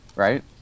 Right